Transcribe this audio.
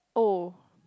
oh